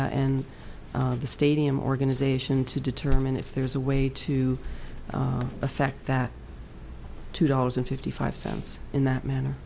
a and the stadium organization to determine if there is a way to affect that two dollars and fifty five cents in that manner